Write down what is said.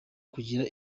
kugira